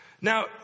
Now